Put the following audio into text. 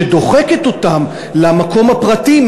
שדוחקת אותם למקום הפרטי,